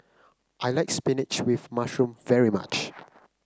I like spinach with mushroom very much